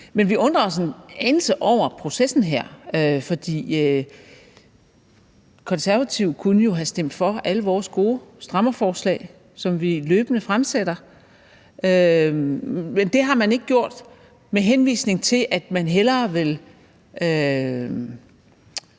men vi undrer os en anelse over processen her. For Konservative kunne jo have stemt for alle vores gode strammerforslag, som vi løbende fremsætter, men det har man ikke gjort med henvisning til, at man hellere vil